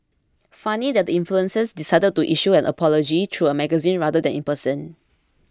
funny that the influencer decided to issue an apology through a magazine rather than in person